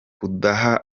kudaha